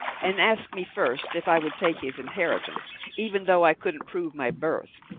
and asked me first if i would take his inheritance even though i couldn't prove my birth,